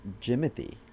Jimothy